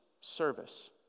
service